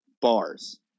Bars